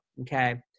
Okay